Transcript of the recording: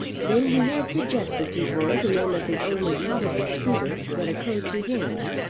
then he had suggested to her the name of the only probable suitor that occurred to him,